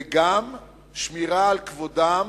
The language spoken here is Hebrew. וגם שיישמר כבודם.